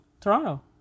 Toronto